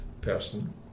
person